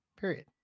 Period